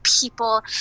people